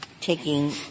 taking